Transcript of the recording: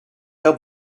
can